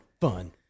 fun